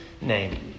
name